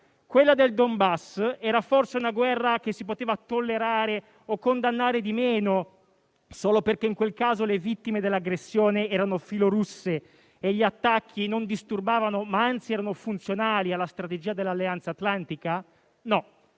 Quella del Donbass era forse una guerra che si poteva tollerare o condannare di meno, solo perché in quel caso le vittime dell'aggressione erano filorusse e gli attacchi non disturbavano, ma anzi erano funzionali alla strategia dell'Alleanza atlantica? No,